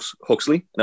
Huxley